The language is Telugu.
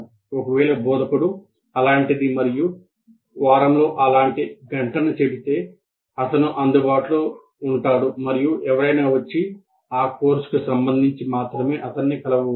ఒకవేళ బోధకుడు అలాంటిది మరియు వారంలో అలాంటి గంటను చెబితే అతను అందుబాటులో ఉంటాడు మరియు ఎవరైనా వచ్చి ఆ కోర్సుకు సంబంధించి మాత్రమే అతన్ని కలవవచ్చు